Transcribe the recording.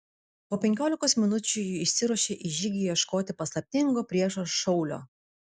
po penkiolikos minučių ji išsiruošė į žygį ieškoti paslaptingo priešo šaulio